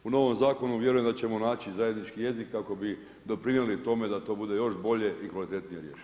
U novom zakonu vjerujem da ćemo naći zajednički jezik kako bi doprinijeli tome da to bude još bolje i kvalitetnije riješeno.